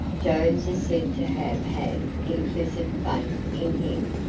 jones is said to have had implicit faith in him,